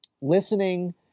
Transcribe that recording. listening